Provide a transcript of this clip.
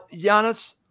Giannis